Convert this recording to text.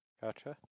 Gotcha